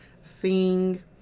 sing